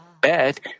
bad